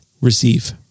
receive